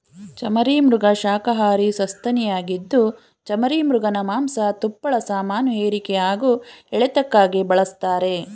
ಚಮರೀಮೃಗ ಶಾಖಹಾರಿ ಸಸ್ತನಿಯಾಗಿದ್ದು ಚಮರೀಮೃಗನ ಮಾಂಸ ತುಪ್ಪಳ ಸಾಮಾನುಹೇರಿಕೆ ಹಾಗೂ ಎಳೆತಕ್ಕಾಗಿ ಬಳಸ್ತಾರೆ